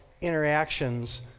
interactions